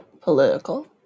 political